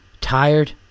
tired